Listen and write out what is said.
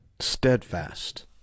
steadfast